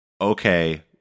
okay